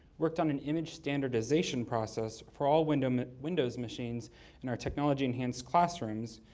worked on an image standardization process for all windows windows machines and our technology enhanced classrooms.